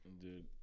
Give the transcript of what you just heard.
Dude